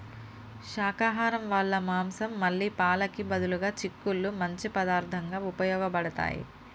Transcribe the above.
శాకాహరం వాళ్ళ మాంసం మళ్ళీ పాలకి బదులుగా చిక్కుళ్ళు మంచి పదార్థంగా ఉపయోగబడతాయి